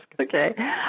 Okay